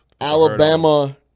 Alabama